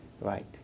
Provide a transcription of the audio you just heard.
right